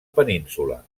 península